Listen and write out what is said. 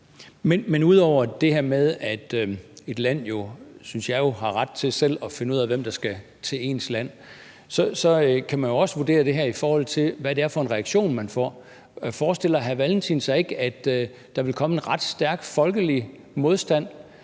Ud over det her med, at et land – synes jeg jo – har ret til selv at finde ud af, hvem der skal til ens land, så kan man jo også vurdere det her, i forhold til hvad det er for en reaktion, man får. Forestiller hr. Carl Valentin sig ikke, at der vil komme en ret stærk folkelig modstand,